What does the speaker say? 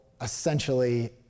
essentially